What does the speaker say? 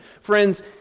Friends